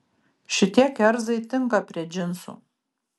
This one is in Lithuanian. šitie kerzai tinka prie džinsų